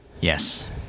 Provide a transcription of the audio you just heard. Yes